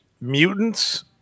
mutants